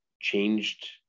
changed